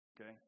okay